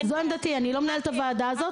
אני לא מנהלת את הוועדה הזאת.